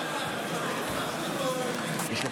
הסיבה